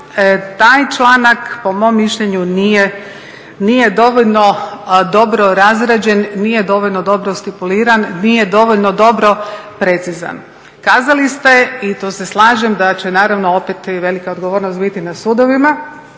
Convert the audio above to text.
taj članak po mom mišljenju nije dovoljno dobro razrađen, nije dovoljno dobro stipuliran, nije dovoljno dobro precizan. Kazali ste i tu se slažem da će naravno opet velika odgovornost biti na sudovima